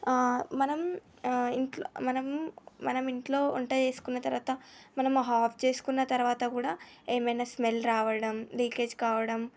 మనం ఇంట్లో మనం మనమింట్లో వంట చేసుకున్న తర్వాత మనం ఆఫ్ చేసుకున్న తర్వాత కూడా ఏమైనా స్మెల్ రావడం లీకేజ్ కావడం